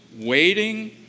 waiting